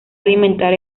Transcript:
alimentar